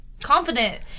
Confident